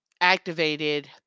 activated